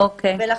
לכן,